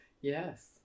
yes